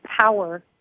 power